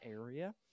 area